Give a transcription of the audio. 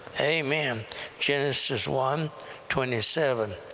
amen! genesis one twenty seven,